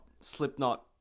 Slipknot